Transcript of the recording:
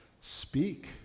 speak